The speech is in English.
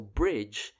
bridge